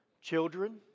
children